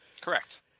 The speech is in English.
Correct